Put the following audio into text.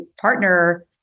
partner